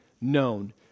known